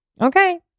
Okay